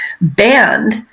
banned